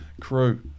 crew